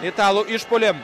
italų išpuoliem